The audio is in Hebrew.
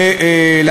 הצלחה ביישומו.